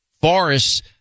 forests